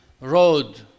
road